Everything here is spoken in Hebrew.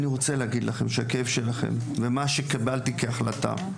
אני רוצה להגיד לכם שהכאב שלכם ומה שקיבלתי כהחלטה,